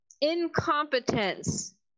Incompetence